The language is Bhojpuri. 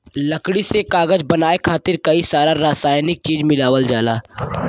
लकड़ी से कागज बनाये खातिर कई सारा रासायनिक चीज मिलावल जाला